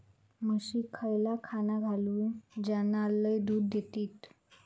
म्हशीक खयला खाणा घालू ज्याना लय दूध देतीत?